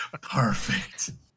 Perfect